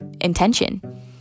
intention